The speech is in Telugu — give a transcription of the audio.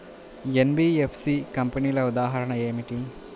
ఎన్.బీ.ఎఫ్.సి కంపెనీల ఉదాహరణ ఏమిటి?